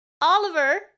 Oliver